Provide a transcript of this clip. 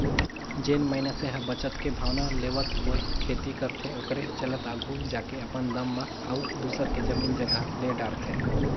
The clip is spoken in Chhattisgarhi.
जेन मइनसे ह बचत के भावना लेवत होय खेती करथे ओखरे चलत आघु जाके अपने दम म अउ दूसर के जमीन जगहा ले डरथे